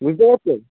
বুঝতে পারছেন